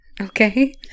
Okay